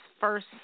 first